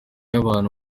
y’abantu